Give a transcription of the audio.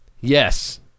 Yes